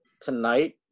tonight